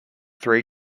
three